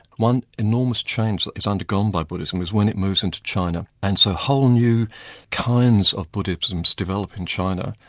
one enormous change that was undergone by buddhism was when it moves into china, and so whole new kinds of buddhism developed in china,